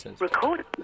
record